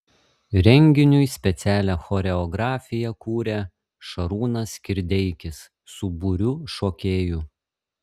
renginiui specialią choreografiją kūrė šarūnas kirdeikis su būriu šokėjų